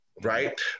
right